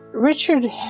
Richard